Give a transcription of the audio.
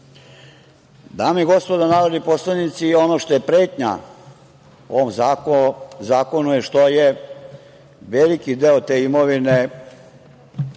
i gospodo narodni poslanici, ono što je pretnja ovom zakonu je što je veliki deo te imovine